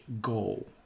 goal